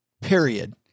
period